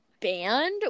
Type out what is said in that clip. Band